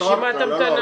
רשימת המתנה.